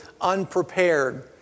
unprepared